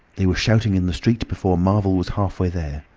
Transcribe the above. they were shouting in the street before marvel was halfway there.